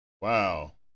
Wow